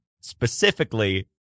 specifically